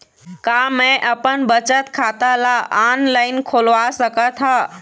का मैं अपन बचत खाता ला ऑनलाइन खोलवा सकत ह?